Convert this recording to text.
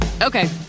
Okay